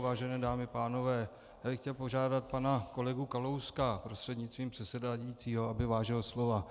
Vážené dámy, pánové, já bych chtěl požádat pana kolegu Kalouska prostřednictvím předsedajícího, aby vážil slova.